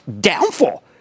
downfall